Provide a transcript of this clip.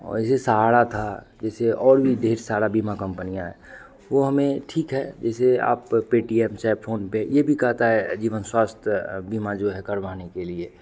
वैसे सहारा था जैसे और भी ढेर सारी बीमा कंपनियाँ है वह हमें ठीक है जैसे आप पेटीएम चाहे फोनपे ये भी कहता है जीवन स्वास्थ बीमा जो है करवाने के लिए